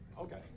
Okay